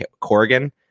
Corrigan